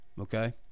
Okay